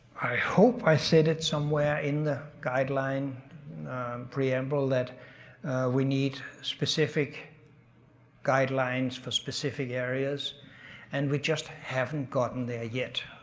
i hope i said it somewhere in the guideline preamble that we need specific guidelines for specific areas and we just haven't gotten there yet.